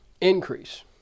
Increase